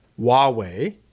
Huawei